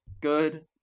good